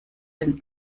den